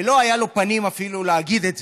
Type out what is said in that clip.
ולא היה לו פנים אפילו להגיד את זה,